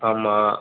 ஆமாம்